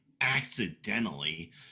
accidentally